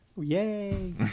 Yay